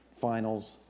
finals